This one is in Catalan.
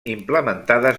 implementades